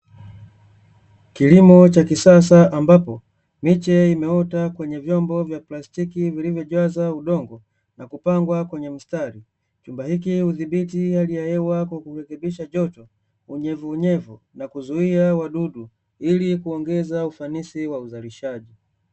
Kulimo cha kisasa ambao miche imeota kwenye vyombo vya plastiki vilivyojazwa udongo, na kupangwa kwenye mstari, kifaa hiki hudhibiti hali ya hewa kwa kutokupitisha joto.